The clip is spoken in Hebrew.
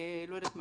לא יודעת מה,